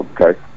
Okay